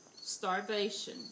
starvation